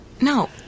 No